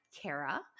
Kara